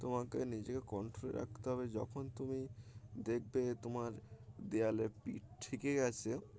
তোমাকে নিজেকে কন্ট্রোলে রাখতে হবে যখন তুমি দেখবে তোমার দেয়ালের পিঠ ঠেকে গেছে